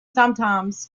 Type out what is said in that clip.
sometimes